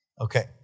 Okay